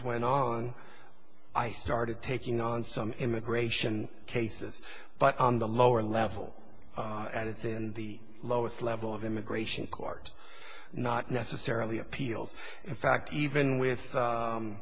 went on i started taking on some immigration cases but on the lower level and it's in the lowest level of immigration court not necessarily appeals in fact even with